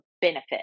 benefit